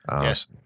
Yes